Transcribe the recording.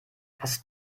hast